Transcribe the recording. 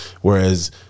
Whereas